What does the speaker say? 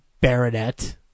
baronet